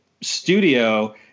studio